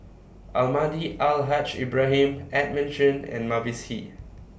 Almahdi Al Haj Ibrahim Edmund Chen and Mavis Hee